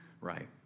right